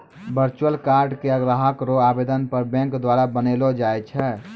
virtual card के ग्राहक रो आवेदन पर बैंक द्वारा बनैलो जाय छै